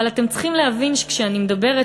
אבל אתם צריכים להבין שכשאני מדברת,